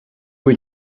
were